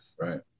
Right